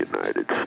United